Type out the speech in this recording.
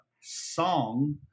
song